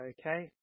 Okay